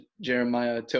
Jeremiah